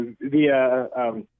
via